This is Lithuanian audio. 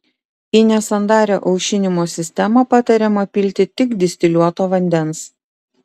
į nesandarią aušinimo sistemą patariama pilti tik distiliuoto vandens